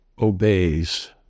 obeys